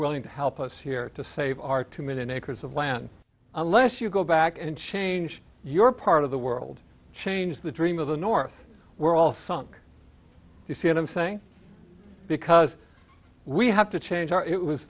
willing to help us here to save our two million acres of land unless you go back and change your part of the world change the dream of the north we're all sunk you see and i'm saying because we have to change our it was